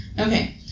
Okay